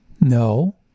No